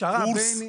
קורס?